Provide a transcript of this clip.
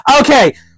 Okay